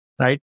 Right